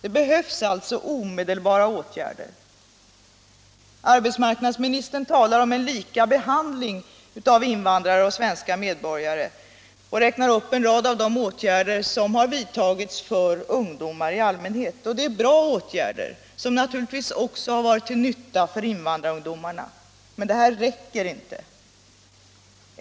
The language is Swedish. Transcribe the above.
Det behövs alltså omedelbara åtgärder. Arbetsmarknadsministern talar om en lika behandling av invandrare och svenska medborgare och räknar upp en rad av de åtgärder som vidtagits för ungdomar i allmänhet. Det är bra åtgärder som naturligtvis också varit till nytta för invandrarungdomarna. Men det här räcker inte.